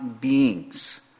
beings